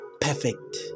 perfect